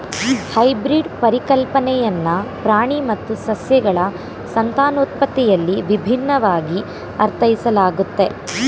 hybrid ಪರಿಕಲ್ಪನೆಯನ್ನ ಪ್ರಾಣಿ ಮತ್ತು ಸಸ್ಯಗಳ ಸಂತಾನೋತ್ಪತ್ತಿಯಲ್ಲಿ ವಿಭಿನ್ನವಾಗಿ ಅರ್ಥೈಸಲಾಗುತ್ತೆ